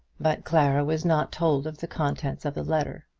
but clara was not told of the contents of the letter.